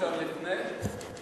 אפשר לפני?